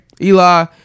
Eli